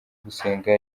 gusenga